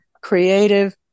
creative